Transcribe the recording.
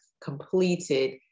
completed